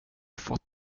fått